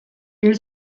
hil